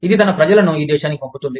ఇది తన ప్రజలను ఈ దేశానికి పంపుతుంది